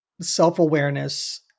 self-awareness